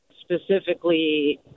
specifically